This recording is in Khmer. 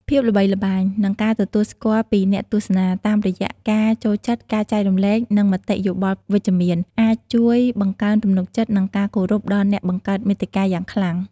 ភាពល្បីល្បាញ និងការទទួលស្គាល់ពីអ្នកទស្សនា តាមរយៈការចូលចិត្ត ការចែករំលែក និងមតិយោបល់វិជ្ជមាន អាចជួយបង្កើនទំនុកចិត្ត និងការគោរពដល់អ្នកបង្កើតមាតិកាយ៉ាងខ្លាំង។